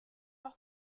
leur